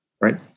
right